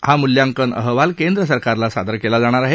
हा मूल्यांकन अहवाल केंद्र सरकारला सादर केला जाणार आहे